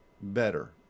better